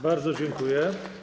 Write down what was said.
Bardzo dziękuję.